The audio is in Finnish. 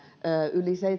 yli